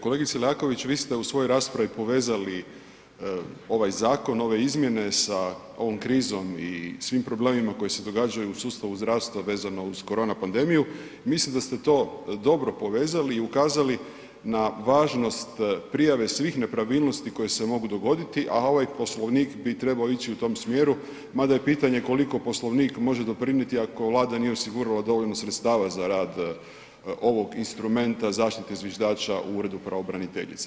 Kolegice Leaković, vi ste u svojoj raspravi povezali ovaj zakon, ove izmjene sa ovom krizom i svim problemima koji se događaju u sustavu zdravstva vezano uz korona pandemiju i mislim da ste to dobro povezali i ukazali na važnost prijave svih nepravilnosti koje se mogu dogoditi, a ovaj poslovnik bi trebao ići i u tom smjeru mada je pitanje koliko poslovnik može doprinijeti ako Vlada nije osigurala dovoljno sredstava za rad ovog instrumenta zaštite zviždača u uredu pravobraniteljice.